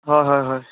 হয় হয় হয়